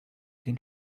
den